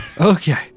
okay